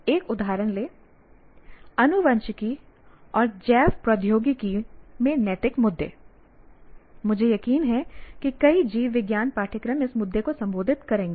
एक उदाहरण लें आनुवंशिकी और जैव प्रौद्योगिकी में नैतिक मुद्दे मुझे यकीन है कि कई जीव विज्ञान पाठ्यक्रम इस मुद्दे को संबोधित करेंगे